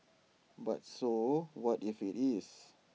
but so what if IT is